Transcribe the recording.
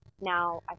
Now